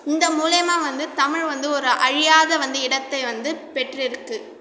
இந்த மூலையமாக வந்து தமிழ் வந்து ஒரு அழியாத வந்து இடத்தை வந்து பெற்றிருக்கு